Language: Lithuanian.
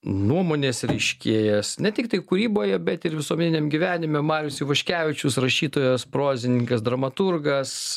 nuomonės reiškėjas ne tiktai kūryboje bet ir visuomeniniam gyvenime marius ivaškevičius rašytojas prozininkas dramaturgas